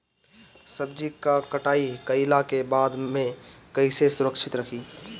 सब्जी क कटाई कईला के बाद में कईसे सुरक्षित रखीं?